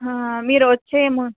మీరు వచ్చే